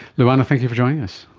luana, thank you for joining us.